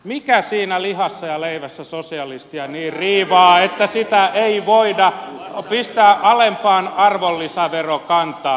mikä niissä lihassa ja leivässä sosialisteja niin riivaa että niitä ei voida pistää alempaan arvonlisäverokantaan